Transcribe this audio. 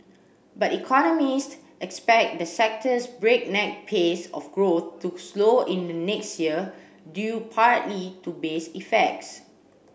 but economists expect the sector's breakneck pace of growth to slow in the next year due partly to base effects